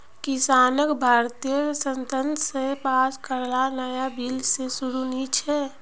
किसानक भारतीय संसद स पास कराल नाया बिल से खुशी नी छे